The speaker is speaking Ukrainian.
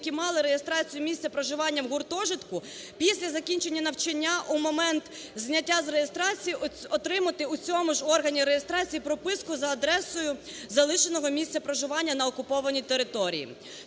які мали реєстрацію місця проживання в гуртожитку, після закінчення навчання у момент зняття з реєстрації, отримати у цьому ж органі реєстрації прописку за адресою залишеного місця проживання на окупованій території.